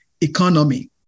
economy